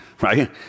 right